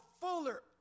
fuller